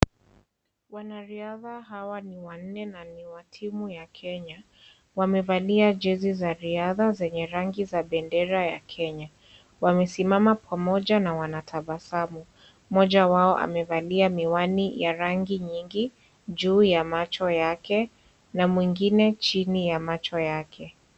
Wanariadha hawa ni wanne na ni wa timu ya Kenya. wamevalia jezi zao zenye bendera ya Kenya, wamesimama pamoja na wanatabasamu. Mmoja wao amevalia miwani ya rangi nyingi juu ya macho yake na mwingine chini ya macho yake.